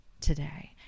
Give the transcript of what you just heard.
today